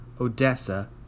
Odessa